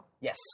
Yes